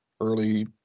early